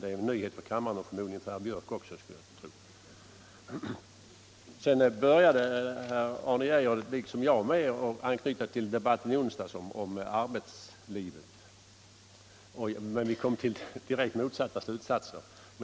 Det är en nyhet för kammaren och förmodligen också för herr Björck. Herr Arne Geijer började liksom jag med att anknyta till debatten i onsdags om arbetslivet, men vi kom till direkt motsatta slutsatser.